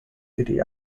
city